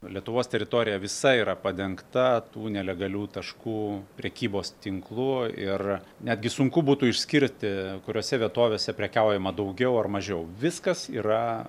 lietuvos teritorija visa yra padengta tų nelegalių taškų prekybos tinklu ir netgi sunku būtų išskirti kuriose vietovėse prekiaujama daugiau ar mažiau viskas yra